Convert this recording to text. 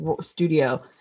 studio